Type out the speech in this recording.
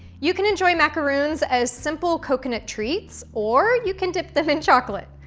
you can enjoy macaroons as simple coconut treats, or you can dip them in chocolate.